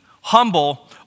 humble